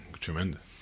Tremendous